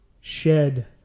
shed